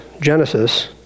Genesis